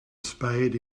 spade